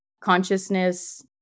consciousness